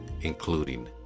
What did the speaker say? including